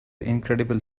incredible